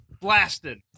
Blasted